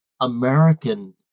American